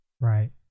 Right